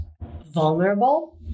vulnerable